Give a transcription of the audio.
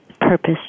purpose